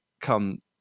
come